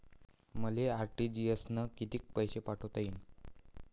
मले आर.टी.जी.एस न कितीक पैसे पाठवता येईन?